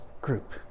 group